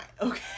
okay